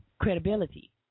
credibility